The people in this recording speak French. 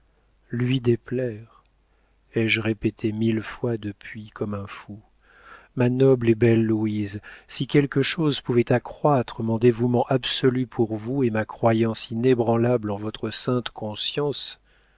lui déplaire ai-je répété mille fois depuis comme un fou ma noble et belle louise si quelque chose pouvait accroître mon dévouement absolu pour vous et ma croyance inébranlable en votre sainte conscience